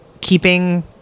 keeping